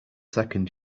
second